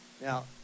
now